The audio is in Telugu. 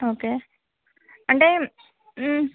ఓకే అంటే